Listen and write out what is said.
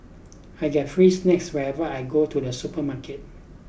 I get free snacks whenever I go to the supermarket